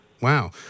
Wow